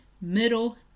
middle